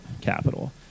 capital